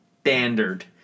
standard